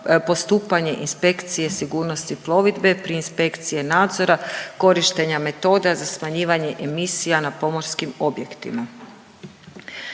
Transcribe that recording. postupanje inspekcije sigurnosti plovidbe prije inspekcije nadzora korištenja metoda za smanjivanje emisija na pomorskim objektima.